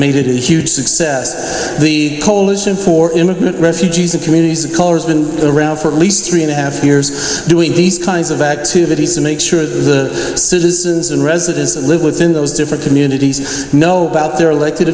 made it a huge success the coalition for immigrant refugees and communities of color has been around for at least three and a half years doing these kinds of activities to make sure that the citizens and residents that live within those different communities know about their elected